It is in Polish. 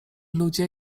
ludzie